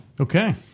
Okay